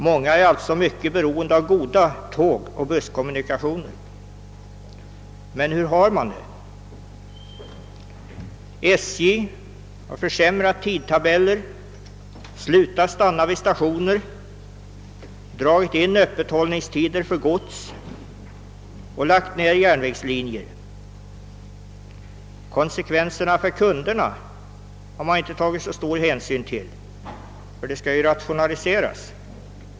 Många är därför mycket beroende av goda tågoch busskommunikationer. Men hur har de det? SJ har försämrat tidtabellerna, slutat stanna vid vissa stationer, dragit in öppethållningstider för gods och lagt ned järnvägslinjer. Konsekvenserna för kunderna har man inte tagit så stor hänsyn till — det skall ju rationaliseras!